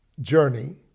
journey